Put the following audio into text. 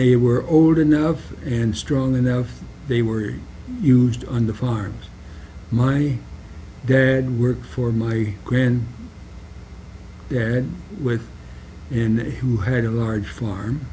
named were old enough and strong enough they were used on the farms my dad worked for my grand and with and who had a large farm